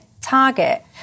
target